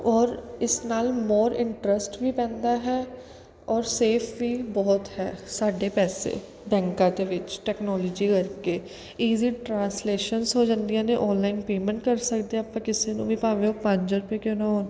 ਔਰ ਇਸ ਨਾਲ ਮੋਰ ਇੰਟਰਸਟ ਵੀ ਪੈਂਦਾ ਹੈ ਔਰ ਸੇਫ ਵੀ ਬਹੁਤ ਹੈ ਸਾਡੇ ਪੈਸੇ ਬੈਂਕਾਂ ਦੇ ਵਿੱਚ ਟੈਕਨੋਲੋਜੀ ਕਰਕੇ ਈਜੀ ਟਰਾਂਸਲੇਸ਼ਨ ਹੋ ਜਾਂਦੀਆਂ ਨੇ ਔਨਲਾਈਨ ਪੇਮੈਂਟ ਕਰ ਸਕਦੇ ਹਾਂ ਆਪਾਂ ਕਿਸੇ ਨੂੰ ਵੀ ਭਾਵੇਂ ਉਹ ਪੰਜ ਰੁਪਏ ਕਿਉਂ ਨਾ ਹੋਣ